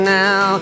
now